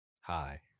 hi